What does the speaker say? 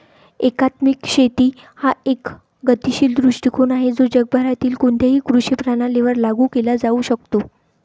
एकात्मिक शेती हा एक गतिशील दृष्टीकोन आहे जो जगभरातील कोणत्याही कृषी प्रणालीवर लागू केला जाऊ शकतो